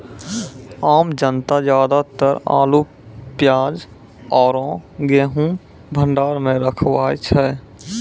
आम जनता ज्यादातर आलू, प्याज आरो गेंहूँ भंडार मॅ रखवाय छै